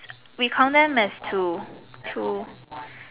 we count them as two two